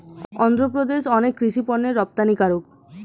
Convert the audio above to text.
অন্ধ্রপ্রদেশ অনেক কৃষি পণ্যের রপ্তানিকারক